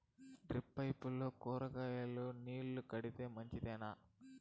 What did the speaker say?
Drip పైపుల్లో కూరగాయలు నీళ్లు కడితే మంచిదేనా?